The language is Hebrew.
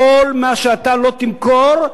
כל מה שאתה לא תמכור,